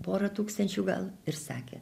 porą tūkstančių gal ir sakė